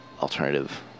alternative